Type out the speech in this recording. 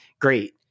great